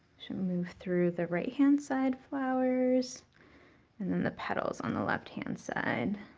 should move through the right-hand side flowers and then the petals on the left-hand side,